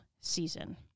season